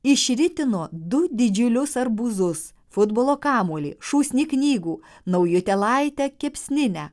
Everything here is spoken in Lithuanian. išritino du didžiulius arbūzus futbolo kamuolį šūsnį knygų naujutėlaitę kepsninę